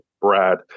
Brad